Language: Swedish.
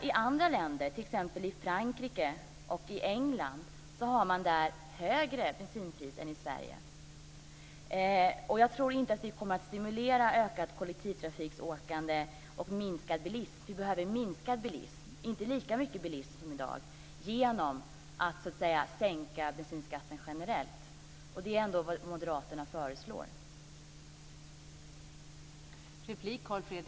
I andra länder, t.ex. i Frankrike och England, har man ett högre bensinpris än i Sverige. Jag tror inte att vi kommer att stimulera ett ökat kollektivtrafiksåkande och en minskad bilism - och vi behöver en minskad bilism jämfört med i dag - genom att sänka bensinskatten generellt, och det är ändå vad Moderaterna föreslår.